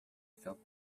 felt